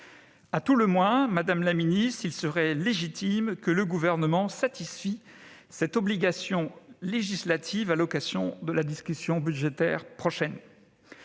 À tout le moins, madame la ministre, il serait légitime que le Gouvernement satisfît à cette obligation législative à l'occasion de la prochaine discussion budgétaire.